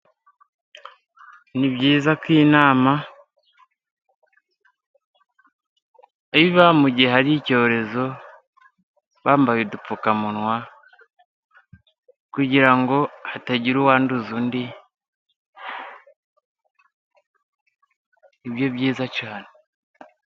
Ni byiza ko inama iba mu gihe hari icyorezo bambaye udupfukamunwa, kugira ngo hatagira uwanduza undi. Biba byiza cyane.